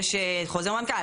יש חוזר מנכ"ל,